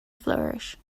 flourish